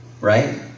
Right